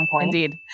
Indeed